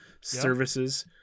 services